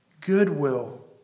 goodwill